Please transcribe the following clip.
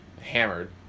Hammered